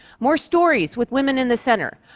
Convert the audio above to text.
more stories with women in the center,